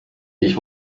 ich